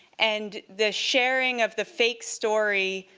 and the sharing of the fake story